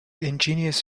ingenious